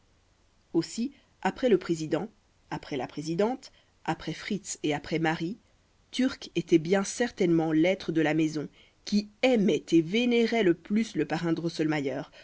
aussi après le président après la présidente après fritz et après marie turc était bien certainement l'être de la maison qui aimait et vénérait le plus le parrain drosselmayer auquel il